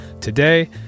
today